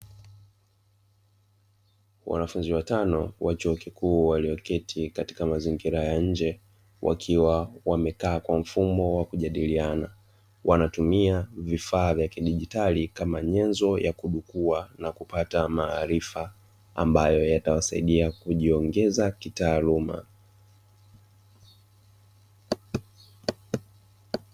Wanafunzi watano wa chuo kikuu walioketi katika mazingira ya nje wakiwa wamekaa kwa mfumo wa kujadiliana, wanatumia vifaa vya kidijitali kama nyenzo ya kudukua na kupata maarifa ambayo yatawasaidia kujiongeza kitaaluma.